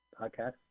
podcast